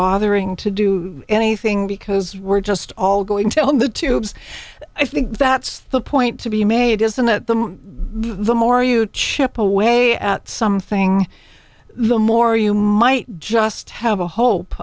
bothering to do anything because we're just all going to love the tubes i think that's the point to be made isn't that the the more you chip away at something the more you might just have a hope